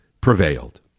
prevailed